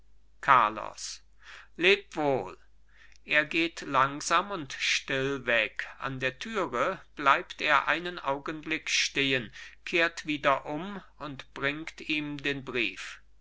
carlos leb wohl er geht langsam und still weg an der türe bleibt er einen augenblick stehen kehrt wieder um und bringt ihm den brief